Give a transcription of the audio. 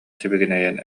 сибигинэйэн